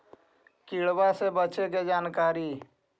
किड़बा से बचे के जानकारी?